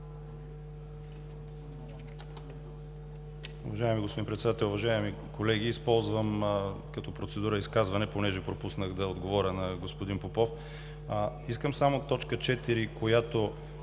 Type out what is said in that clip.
Уважаеми господин Председател, уважаеми колеги! Използвам като процедура изказване, понеже пропуснах да отговоря на господин Попов. Искам т. 4, която